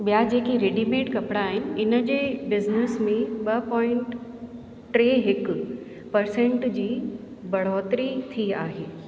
ॿिया जेके रेडीमेड कपिड़ा आहिनि इन जे बिजनेस में ॿ पॉइंट टे हिकु परसेंट जी बढ़ोतरी थी आहे